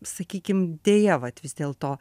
sakykim deja vat vis dėlto